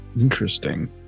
Interesting